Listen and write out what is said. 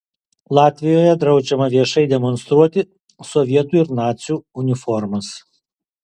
latvijoje draudžiama viešai demonstruoti sovietų ir nacių uniformas